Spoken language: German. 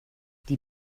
die